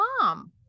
mom